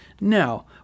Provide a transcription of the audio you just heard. Now